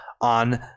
on